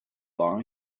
bar